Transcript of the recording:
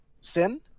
Sin